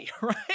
right